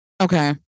Okay